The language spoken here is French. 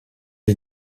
les